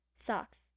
socks